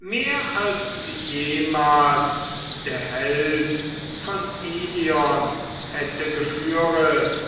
mehr als jemals der held von ilion hätte geführet